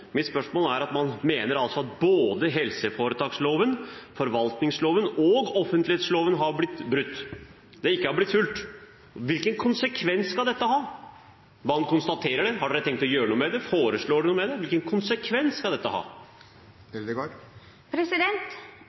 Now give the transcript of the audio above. Mitt spørsmål var: Når man altså mener at både helseforetaksloven, forvaltningsloven og offentlighetsloven har blitt brutt – at de ikke har blitt fulgt – hvilken konsekvens skal dette ha? Man konstaterer det. Har Arbeiderpartiet tenkt å gjøre noe med det? Foreslår Arbeiderpartiet noe ut fra det? Hvilken konsekvens skal dette ha?